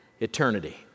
eternity